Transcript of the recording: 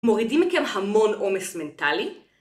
מורידים מכם המון עומס מנטלי?